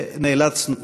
ונאלצנו,